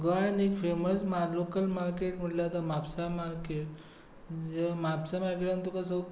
गोंयान एक फेमस माल लोकल मार्केट म्हणल्यार आता म्हापसा मार्केट जो म्हापसा मार्केटान तुका सगल्यो